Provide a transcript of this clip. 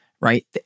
right